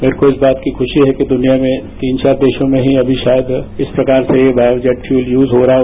मेरे को इस बात की खुशी हैकि द्वनिया में तीन चार देशों में ही अभी शायद इस प्रकार से बायो जैटफ्यूल यूज हो रहा है